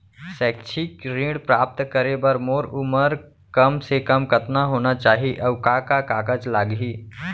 शैक्षिक ऋण प्राप्त करे बर मोर उमर कम से कम कतका होना चाहि, अऊ का का कागज लागही?